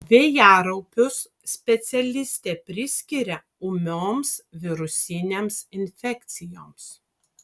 vėjaraupius specialistė priskiria ūmioms virusinėms infekcijoms